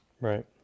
Right